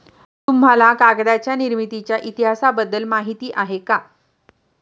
तुम्हाला कागदाच्या निर्मितीच्या इतिहासाबद्दल माहिती आहे का?